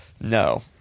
No